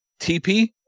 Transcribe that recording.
TP